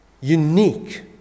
unique